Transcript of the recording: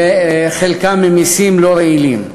חלקם ממיסים לא רעילים.